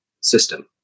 system